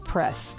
Press